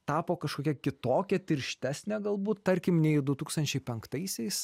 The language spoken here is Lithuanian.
tapo kažkokia kitokia tirštesnė galbūt tarkim nei du tūkstančiai penktaisiais